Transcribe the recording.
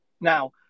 Now